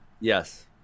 yes